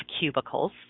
cubicles